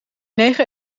negen